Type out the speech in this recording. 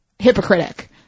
hypocritic